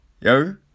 Yo